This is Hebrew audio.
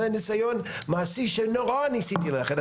זה ניסיון מעשי שנורא ניסיתי לאחד.